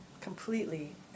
completely